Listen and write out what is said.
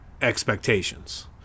expectations